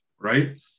right